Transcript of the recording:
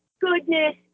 goodness